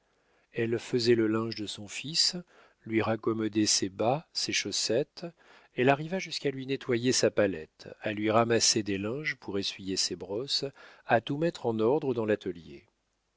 elle faisait le linge de son fils lui raccommodait ses bas ses chaussettes elle arriva jusqu'à lui nettoyer sa palette à lui ramasser des linges pour essuyer ses brosses à tout mettre en ordre dans l'atelier